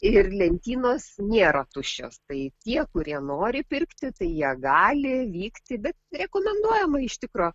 ir lentynos nėra tuščios tai tie kurie nori pirkti tai jie gali vykti bet rekomenduojama iš tikro